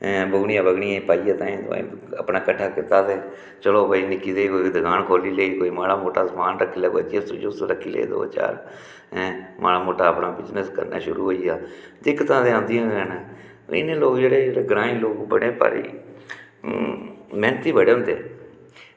ऐं बुगनिये बगनियै पाइयै ताहीं तुआहीं अपने कट्ठा कीता ते चलो भई निक्की जेही कोई दकान खोल्ली लेई कोई माड़ा मुट्टा समान रक्खी लेआ कोई चिप्स चुप्स रक्खी लेई दौ चार ऐं माड़ा मुट्टा अपना कोई बिजनस करना शुरू होई गेआ दिक्कतां ते आंदियां गै हैन पर इ'यै नेह् लोक जेह्ड़े ग्रांईं लोग बड़े भारी मैह्नती बड़े होंदे